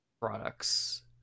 products